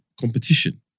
competition